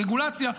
על רגולציה,